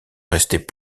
restait